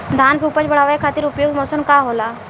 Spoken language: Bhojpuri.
धान के उपज बढ़ावे खातिर उपयुक्त मौसम का होला?